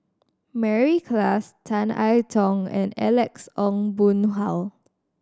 Mary Klass Tan I Tong and Alex Ong Boon Hau